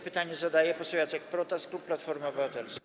Pytanie zadaje poseł Jacek Protas, klub Platforma Obywatelska.